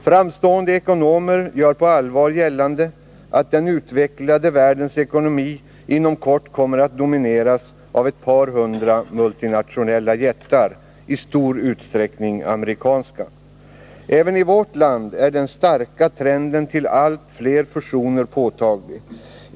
Framstående ekonomer gör på allvar gällande att den utvecklade världens ekonomi inom kort kommer att domineras av ett par hundra multinationella jättar, i stor utsträckning amerikanska. Även i vårt land är den starka trenden till allt fler fusioner påtaglig.